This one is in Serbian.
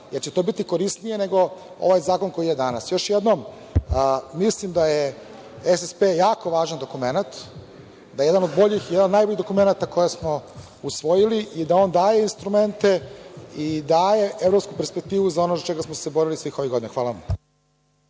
jer će to biti korisnije nego ovaj zakon koji je danas. Još jednom, mislim da je SSP jako važan dokument, da je jedan od boljih, jedan od najboljih dokumenata koje smo usvojili i da on daje instrumente i daje evropsku perspektivu za ono za šta smo se borili svih ovih godina. hvala.